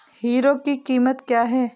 Hero की कीमत क्या है?